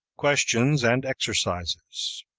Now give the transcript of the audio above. questions and exercises